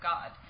God